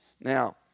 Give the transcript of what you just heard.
Now